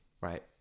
right